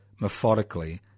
methodically